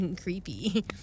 creepy